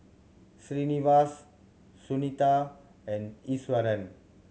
Srinivasa Sunita and Iswaran